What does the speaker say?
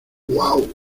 uau